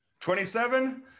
27